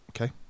Okay